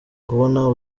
kubona